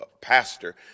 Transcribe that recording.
pastor